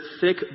thick